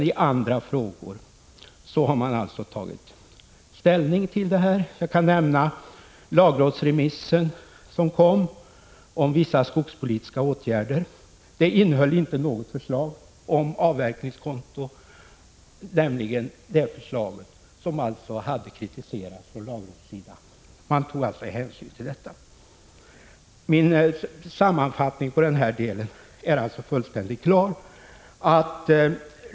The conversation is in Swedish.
Jag kan också nämna lagrådsremissen om vissa skogspolitiska åtgärder. Det förslag om avverkningskonto som kritiserats från lagrådets sida återkom inte i propositionen — och man tog alltså hänsyn till kritiken. Min slutsats i den här delen är alltså fullständigt klar.